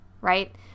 right